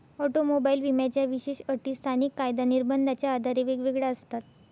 automobile विम्याच्या विशेष अटी स्थानिक कायदा निर्बंधाच्या आधारे वेगवेगळ्या असतात